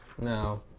No